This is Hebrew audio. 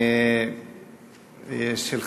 מס' 3402, 3403, 3415, 3423 ו-3426.